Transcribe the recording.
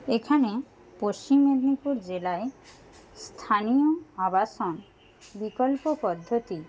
এখানে পশ্চিম মেদিনীপুর জেলায় স্থানীয় আবাসন বিকল্প পদ্ধতি